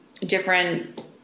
different